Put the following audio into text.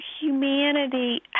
humanity